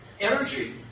energy